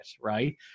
Right